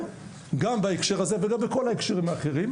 גם בהקשר הזה וגם בכל ההקשרים האחרים,